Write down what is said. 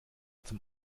zum